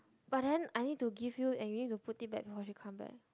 but then I need to give you and you need to put it back before she come back